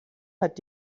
hat